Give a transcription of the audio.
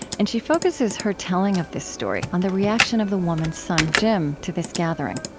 and she focuses her telling of this story on the reaction of the woman's son, jim, to this gathering.